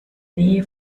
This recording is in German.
nähe